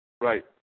Right